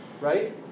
Right